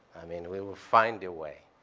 i mean, we will find a way.